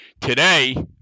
Today